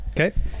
Okay